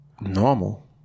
normal